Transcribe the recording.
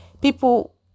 People